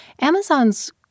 Amazon's